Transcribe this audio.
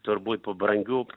turbūt po brangių